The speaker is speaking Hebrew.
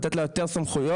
לתת לה יותר סמכויות,